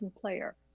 player